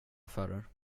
affärer